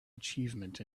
achievement